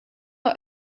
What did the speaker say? are